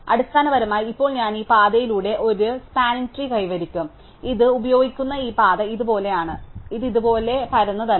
അതിനാൽ അടിസ്ഥാനപരമായി ഇപ്പോൾ ഞാൻ ഈ പാതയിലൂടെ ഒരു പരന്ന ട്രീ കൈവരിക്കും ഇത് ഉപയോഗിക്കുന്ന ഈ പാത ഇതുപോലെയാണ് ഇത് ഇതുപോലെ പരന്നതല്ല